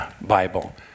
Bible